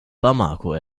bamako